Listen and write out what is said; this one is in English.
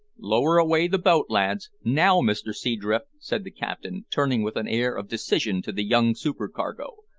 lower away the boat, lads now, mr seadrift, said the captain, turning with an air of decision to the young supercargo,